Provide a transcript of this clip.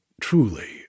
truly